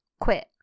quit